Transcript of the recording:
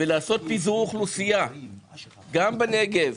ולעשות פיזור אוכלוסייה גם בנגב,